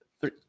Three